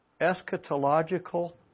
Eschatological